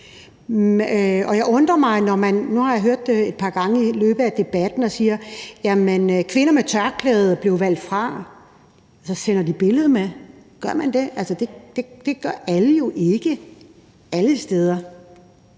over, at man siger, at kvinder med tørklæde blev valgt fra. Altså, sender de billede med? Gør man det? Altså, det gør alle jo ikke alle steder.